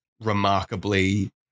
remarkably